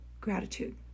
gratitude